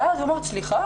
ואז היא אומרת סליחה,